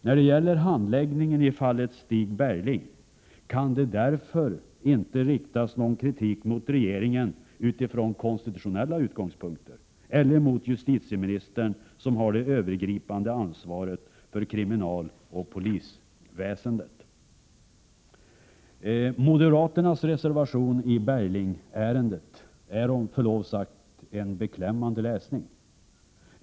När det gäller handläggningen i fallet Stig Bergling kan det därför inte riktas någon kritik mot regeringen utifrån konstitutionella utgångspunkter eller mot justitieministern, som har det övergripande ansvaret för kriminalvården och polisväsendet. Moderaternas reservation i Berglingärendet är en, med förlov sagt, beklämmande läsning.